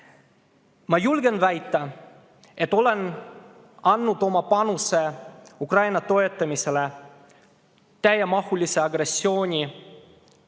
Ma julgen väita, et olen andnud oma panuse Ukraina toetamisse täiemahulise agressiooni